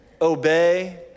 obey